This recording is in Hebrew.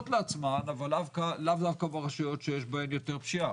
לעצמן אבל לאו דווקא ברשויות שיש בהן יותר פשיעה.